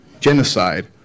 genocide